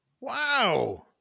Wow